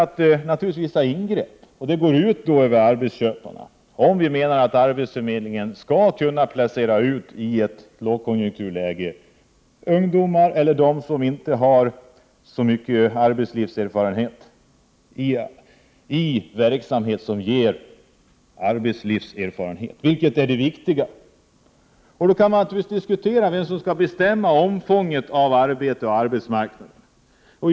Det betyder naturligtvis vissa ingrepp, som går ut över arbetsköparna. Vi menar att arbetsförmedlingen i ett lågkonjunkturläge skall kunna placera ut ungdomar eller andra som inte har så stor arbetslivserfarenhet i verksamhet som ger arbetslivserfarenhet, vilket är det viktiga. Man kan naturligtvis diskutera vem som skall bestämma omfånget av arbetet och arbetsmarknaden.